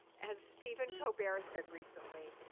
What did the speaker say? as stephen colbert said recently,